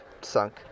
sunk